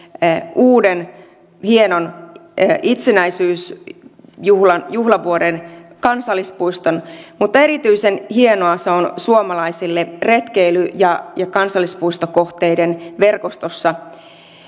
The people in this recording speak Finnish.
uuden hienon itsenäisyysjuhlavuoden kansallispuiston mutta erityisen hienoa se on suomalaisille retkeily ja kansallispuistokohteiden verkostossa